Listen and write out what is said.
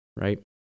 right